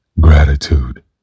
Gratitude